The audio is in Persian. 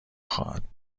خواهد